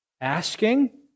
asking